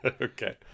Okay